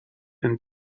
and